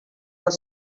were